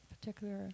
particular